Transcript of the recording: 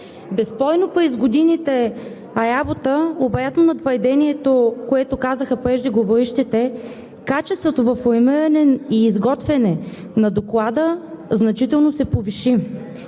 Безспорно през годините работа, обратно на твърдението, което казаха преждеговорившите, качеството в планиране и изготвяне на Доклада значително се повиши.